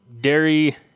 dairy